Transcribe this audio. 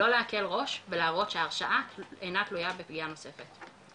לא להקל ראש ולהראות שההרשעה אינה תלויה בפגיעה נוספת.